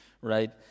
right